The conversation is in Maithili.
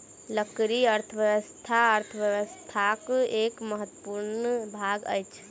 लकड़ी अर्थव्यवस्था अर्थव्यवस्थाक एक महत्वपूर्ण भाग अछि